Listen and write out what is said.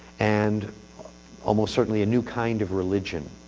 and almost certainly a new kind of religion.